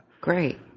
Great